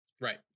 right